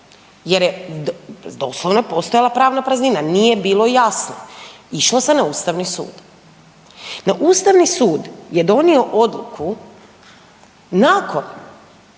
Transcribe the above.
jer je doslovno postojala pravna praznina, nije bilo jasno, išlo se na Ustavni sud. No Ustavni sud je donio odluku nakon